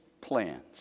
plans